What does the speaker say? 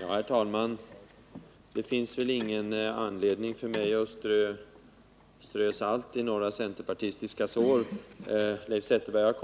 Herr talman! Det finns väl ingen anledning för mig att strö salt i några centerpartistiska sår. Leif Zetterberg